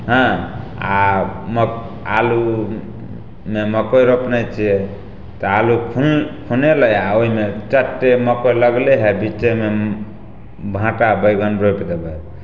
हँ आम आलू नहि मकइ रोपने छियै तऽ आलू खु खुनेलइ आओर ओइमे तुरन्ते मकइ लगले हइ बीचेमे भाटा बैंगन रोपि देबय